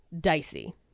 Dicey